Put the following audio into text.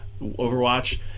Overwatch